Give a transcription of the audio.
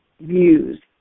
views